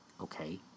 Okay